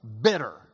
bitter